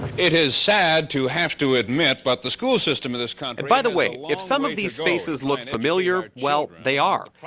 it is sad to have to admit, but the school system in this country. tony by the way, if some of these faces look familiar, well they are.